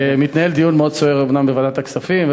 מתנהל דיון מאוד סוער אומנם בוועדת הכספים,